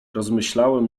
rozmyślałem